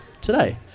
today